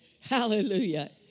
Hallelujah